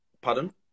pardon